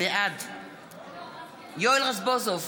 בעד יואל רזבוזוב,